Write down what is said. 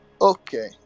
okay